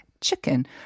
Chicken